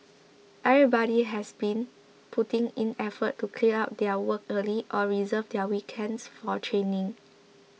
everybody has been putting in effort to clear out their work early or reserve their weekends for training